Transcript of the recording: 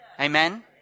Amen